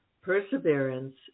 perseverance